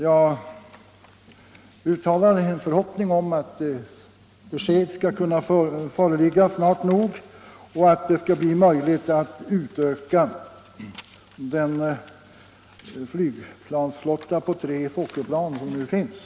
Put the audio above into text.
Jag uttalar en förhoppning om att besked skall kunna föreligga snart nog och att det skall bli möjligt att utöka den flygplansflotta på tre Fokkerplan som nu finns.